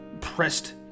pressed